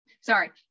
sorry